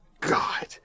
God